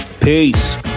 peace